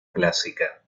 clásica